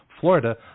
Florida